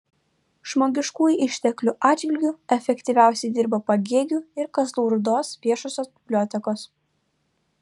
žmogiškųjų išteklių atžvilgiu efektyviausiai dirba pagėgių ir kazlų rūdos viešosios bibliotekos